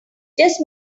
just